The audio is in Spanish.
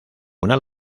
una